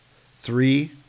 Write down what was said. three